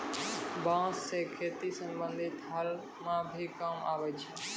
बांस सें खेती संबंधी हल म भी काम आवै छै